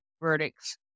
verdicts